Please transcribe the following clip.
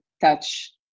touch